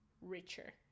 richer